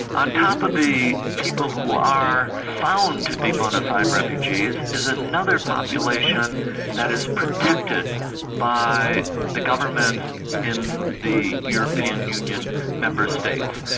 on top of the people who are found to be bona fide refugees, is another population that is protected by the government in the european union member states,